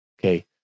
Okay